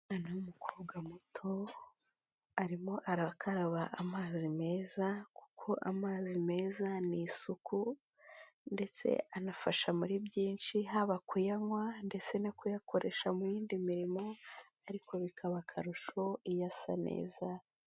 Umwana w'umukobwa muto arimo arakaraba amazi meza kuko amazi meza ni isuku ndetse anafasha muri byinshi, haba kuyanywa ndetse no kuyakoresha mu y'indi mirimo ariko bikaba akarusho iyo asa neza.